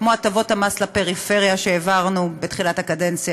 כמו הטבות המס לפריפריה שהעברנו בתחילת הקדנציה,